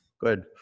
good